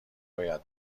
باید